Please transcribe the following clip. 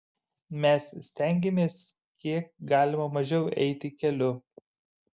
mes stengiamės kiek galima mažiau eiti keliu